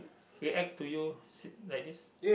react to you s~ like this